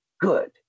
Good